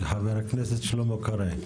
חבר הכנסת שלמה קרעי.